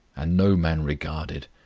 and no man regarded.